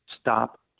stop